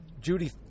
Judy